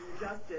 justice